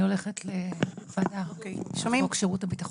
אני הולכת לוועדת חוק שירות הביטחון,